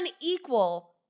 unequal